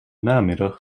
namiddag